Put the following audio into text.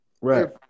right